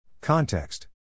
Context